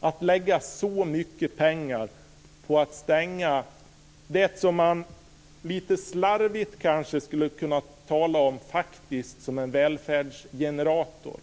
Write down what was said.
Att lägga så mycket pengar på att stänga något som man kanske lite slarvigt skulle kunna tala om som en välfärdsgenerator